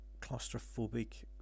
claustrophobic